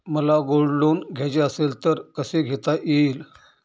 मला gold loan घ्यायचे असेल तर कसे घेता येईल?